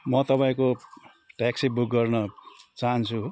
म तपाईँको taxi book गर्न चाहन्छु